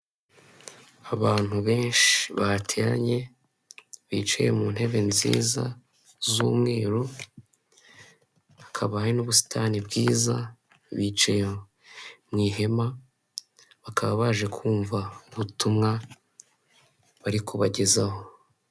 Abantu benshi bateranye bicaye mu ntebe nziza z'umweru hakaba hari n'ubusitani bwiza, bicaye mu ihema bakaba baje kumva ubutumwa bari kubagezaho.